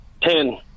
Ten